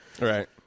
right